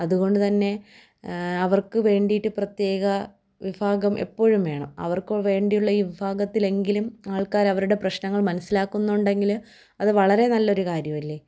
അതുകൊണ്ടുതന്നെ അവർക്കു വേണ്ടിയിട്ട് പ്രത്യേക വിഭാഗം എപ്പോഴും വേണം അവർക്ക് വേണ്ടിയുള്ള ഈ വിഭാഗത്തിൽ എങ്കിലും ആൾക്കാരവരുടെ പ്രശ്നങ്ങൾ മനസ്സിലാക്കുന്നുണ്ടെങ്കിൽ അതു വളരെ നല്ലൊരു കാര്യമല്ലേ